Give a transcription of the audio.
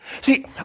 See